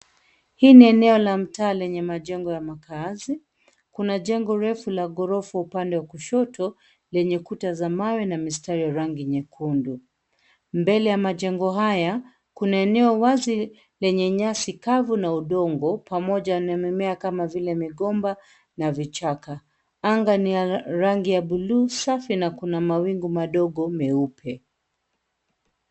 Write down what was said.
Hii ni eneo la mtaa lenye majengo ya makaazi. Kuna jengo refu la ghorofa upande wa kushoto lenye kuta za mawe na mistari ya rangi nyekundu. Mbele ya majengo haya kuna eneo wazi lenye nyasi kavu na udongo pamoja na mimea kama vile migomba na vichaka. Anga ni ya rangi ya bluu safi na kuna mawingu madogo meupe.